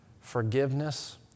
forgiveness